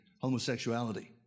homosexuality